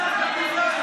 הוא מקוזז.